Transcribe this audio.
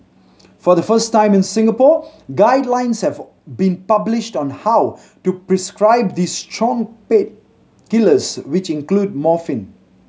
for the first time in Singapore guidelines have been published on how to prescribe these strong painkillers which include morphine